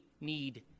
need